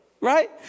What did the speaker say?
Right